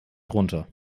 runter